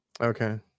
Okay